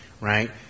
right